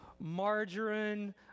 margarine